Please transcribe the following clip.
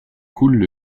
coulent